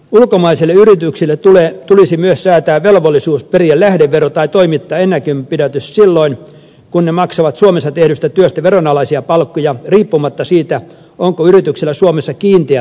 ulkomaisille yrityksille tulisi myös säätää velvollisuus periä lähdevero tai toimittaa ennakonpidätys silloin kun ne maksavat suomessa tehdystä työstä veronalaisia palkkoja riippumatta siitä onko yrityksellä suomessa kiinteä toimipaikka tai ei